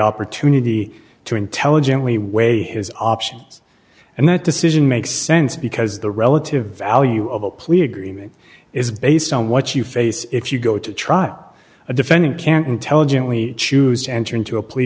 opportunity to intelligently way his options and that decision makes sense because the relative value of a plea agreement is based on what you face if you go to trial a defendant can't intelligently choose to enter into a plea